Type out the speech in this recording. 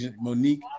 Monique